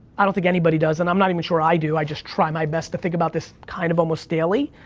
i don't think anybody does, and i'm not even sure i do, i just try my best to think about this, kind of, almost daily.